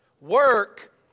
work